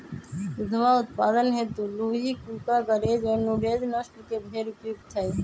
दुधवा उत्पादन हेतु लूही, कूका, गरेज और नुरेज नस्ल के भेंड़ उपयुक्त हई